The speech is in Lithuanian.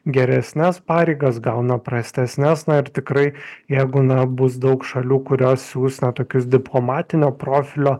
geresnes pareigas gauna prastesnes na ir tikrai jeigu na bus daug šalių kurios siųs na tokius diplomatinio profilio